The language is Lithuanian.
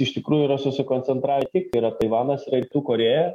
iš tikrųjų yra susikoncentravę tik yra taivanas yra ir tų korėja